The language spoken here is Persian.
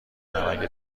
اگه